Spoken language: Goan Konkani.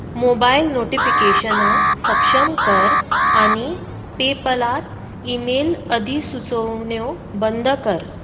मोबायल नोटीफिकेशनां सक्षम कर आनी पेपॅलांत ईमेल अधिसुचोवण्यो बंद कर